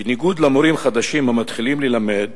בניגוד למורים חדשים המתחילים ללמד,